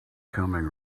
coming